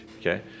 okay